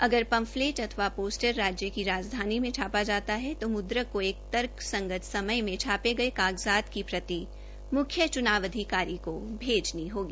अगर पंपलेट अथवा पोस्टर राज्य की राजधानी में छापा जाता है तो मुद्रक को एक तर्क संगत समय में छापे गए कागजात की प्रति मुख्य चुनाव अधिकारी को भेजनी होगी